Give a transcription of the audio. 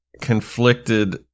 conflicted